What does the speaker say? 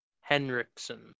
Henriksen